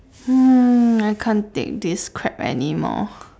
hmm I can't take this crap anymore